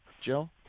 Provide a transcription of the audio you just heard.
Jill